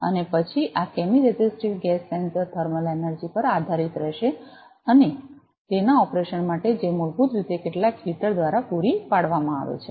અને પછી આ chemiresistive gas sensor thermal energy પર આધારીત રહેશે તેના ઓપરેશન માટે જે મૂળભૂત રીતે કેટલાક હીટર દ્વારા પૂરી પાડવામાં આવે છે